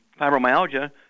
fibromyalgia